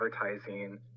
advertising